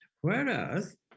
whereas